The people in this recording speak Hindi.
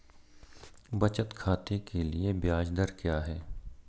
बचत खाते के लिए ब्याज दर क्या है?